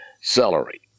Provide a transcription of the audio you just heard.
celery